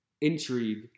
intrigue